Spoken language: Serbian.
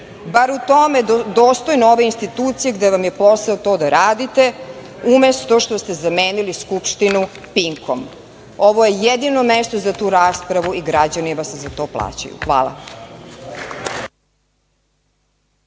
bar u tome dostojno ove institucije, gde vam je posao to da radite, umesto što ste zamenili Skupštinu "Pinkom". Ovo je jedino mesto za tu raspravu i građani vas za to plaćaju. Hvala.